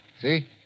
See